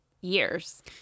years